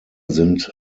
sind